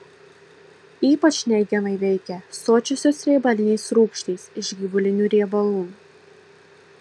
ypač neigiamai veikia sočiosios riebalinės rūgštys iš gyvulinių riebalų